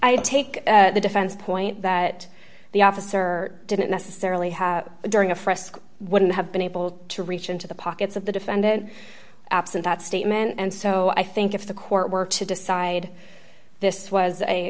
i take the defense point that the officer didn't necessarily have during a frisk wouldn't have been able to reach into the pockets of the defendant absent that statement and so i think if the court were to decide this was a